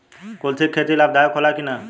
कुलथी के खेती लाभदायक होला कि न?